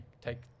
take